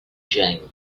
jane